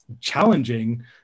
challenging